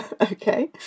okay